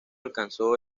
alcanzó